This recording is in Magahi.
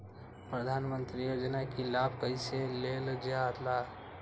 प्रधानमंत्री योजना कि लाभ कइसे लेलजाला?